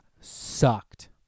sucked